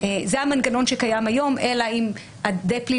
זה המנגנון שקיים היום אלא אם דה-פליליזציה,